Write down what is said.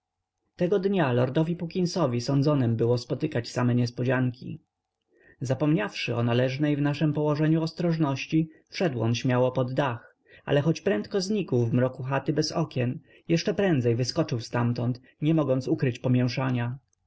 tego dnia lordowi puckinsowi sądzonem było spotkać same niespodzianki zapomniawszy o należnej w naszem położeniu ostrożności wszedł on śmiało pod dach ale choć prędko znikł w mroku chaty bez okien jeszcze prędzej wyskoczył ztamtąd niemogąc ukryć pomięszania